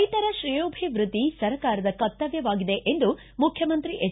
ರೈತರ ಶ್ರೇಯೋಭಿವೃದ್ಧಿ ಸರ್ಕಾರದ ಕರ್ತವ್ಯವಾಗಿದೆ ಎಂದು ಮುಖ್ಯಮಂತ್ರಿ ಎಚ್